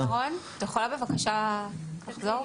שרון, את יכולה בבקשה לחזור?